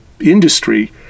industry